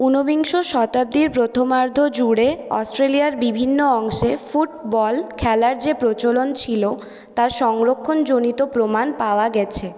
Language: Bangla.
উনবিংশ শতাব্দীর প্রথমার্ধ জুড়ে অস্ট্রেলিয়ার বিভিন্ন অংশে ফুটবল খেলার যে প্রচলন ছিল তার সংরক্ষণজনিত প্রমাণ পাওয়া গেছে